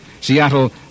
Seattle